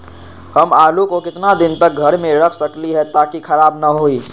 हम आलु को कितना दिन तक घर मे रख सकली ह ताकि खराब न होई?